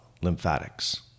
lymphatics